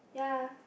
ya